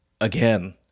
again